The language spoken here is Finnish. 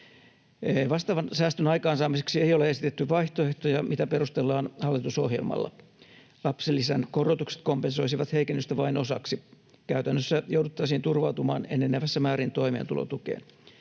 Vastaavan säästön aikaansaamiseksi ei ole esitetty vaihtoehtoja, mitä perustellaan hallitusohjelmalla. Lapsilisän korotukset kompensoisivat heikennystä vain osaksi. Käytännössä jouduttaisiin turvautumaan enenevässä määrin toimeentulotukeen.